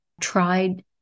tried